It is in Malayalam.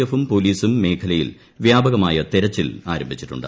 എഫും പോലീസും മേഖലയിൽ വ്യാപകമായ തെരിച്ചിൽ ആരംഭിച്ചിട്ടുണ്ട്